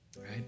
right